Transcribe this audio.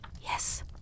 Yes